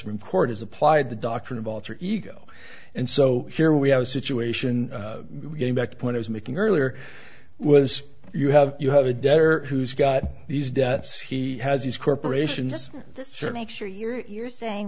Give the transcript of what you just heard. supreme court has applied the doctrine of alter ego and so here we have a situation getting back the point i was making earlier was you have you have a debtor who's got these debts he has these corporations this should make sure you're you're saying